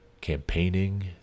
campaigning